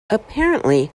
apparently